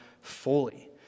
fully